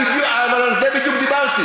אבל על זה בדיוק דיברתי.